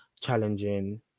challenging